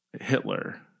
Hitler